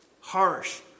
harsh